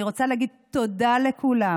אני רוצה להגיד תודה לכולם,